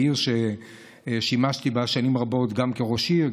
בעיר ששימשתי בה שנים רבות גם כראש עיר,